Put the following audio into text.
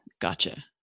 gotcha